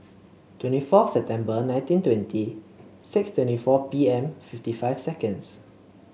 twenty four September nineteen twenty six twenty four P M fifty five seconds